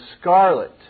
scarlet